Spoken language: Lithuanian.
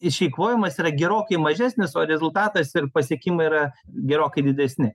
išeikvojimas yra gerokai mažesnis o rezultatas ir pasiekimai yra gerokai didesni